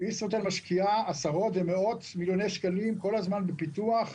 ישרוטל משקיעה עשרות ומאות מיליוני שקלים כל הזמן בפיתוח,